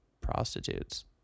prostitutes